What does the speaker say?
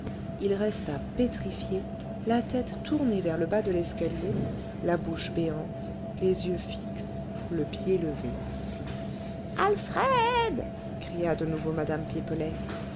il resta pétrifié la tête tournée vers le bas de l'escalier la bouche béante les yeux fixes le pied levé alfred cria de nouveau mme pipelet